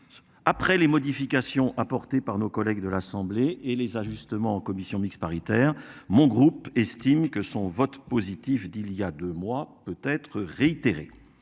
Après les modifications apportées par nos collègues de l'Assemblée et les ajustements en commission mixte paritaire. Mon groupe estime que son vote positif d'il y a 2 mois peut être réitéré